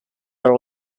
are